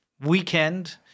weekend